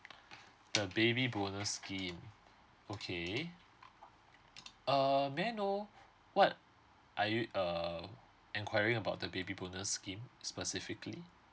the baby bonus scheme okay err may I know what are you uh enquiring about the baby bonus scheme specifically